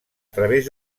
través